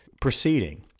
proceeding